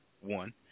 one